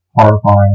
horrifying